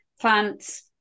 plants